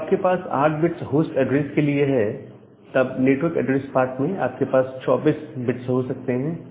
जब आपके पास 8 बिट्स होस्ट एड्रेस के लिए है तब नेटवर्क एड्रेस पार्ट में आपके पास 24 बिट्स हो सकते हैं